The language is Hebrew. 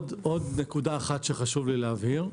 עוד נקודה אחת שחשוב לי להבהיר,